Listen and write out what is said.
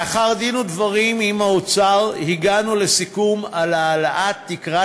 לאחר דין ודברים עם האוצר הגענו לסיכום על העלאת תקרת